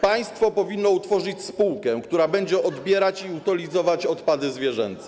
Państwo powinno utworzyć spółkę, która będzie odbierać i utylizować odpady zwierzęce.